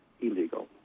illegal